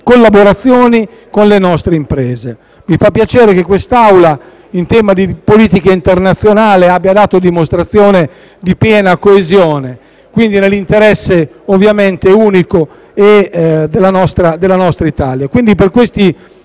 collaborazioni con le nostre imprese. Mi fa piacere che quest'Assemblea, in tema di politica internazionale, abbia dato dimostrazione di piena coesione, nell'interesse ovviamente unico della nostra Italia.